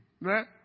Right